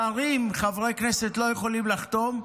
שרים חברי כנסת לא יכולים לחתום.